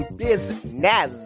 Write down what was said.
business